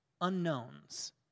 unknowns